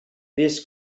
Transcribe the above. this